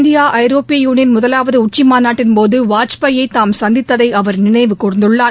India ஐரோப்பிய union முதவாவது உச்சிமாநாட்டின்போது வாஜ்பாயை தாம் சந்தித்ததை அவர் நினைவு கப்ந்துள்ளார்